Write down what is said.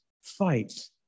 fight